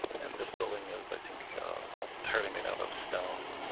and this building is i think almost entirely made out of stone.